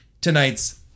tonight's